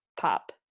pop